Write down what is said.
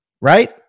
Right